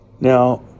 Now